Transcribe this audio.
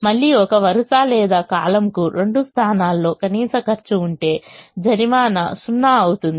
మళ్ళీ ఒక వరుస లేదా కాలమ్కు రెండు స్థానాల్లో కనీస ఖర్చు ఉంటే జరిమానా 0 అవుతుంది